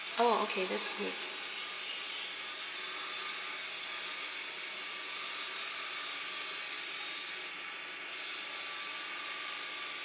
oh okay that's good